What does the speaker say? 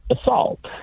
assault